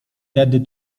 tedy